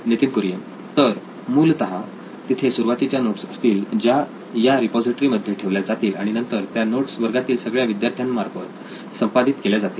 नितीन कुरियन तर मूलतः तिथे सुरुवातीच्या नोट्स असतील ज्या या रिपॉझिटरी मध्ये ठेवल्या जातील आणि नंतर त्या नोट्स वर्गातील सगळ्या विद्यार्थ्यांमार्फत संपादित केल्या जातील